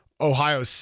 Ohio